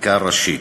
בחקיקה ראשית.